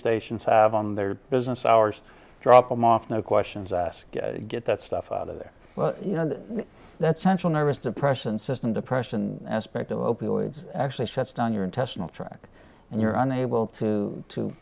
stations have on their business hours drop them off no questions asked get that stuff out of there well you know that that central nervous depression system depression aspect of opioids actually shuts down your intestinal tract and you're unable to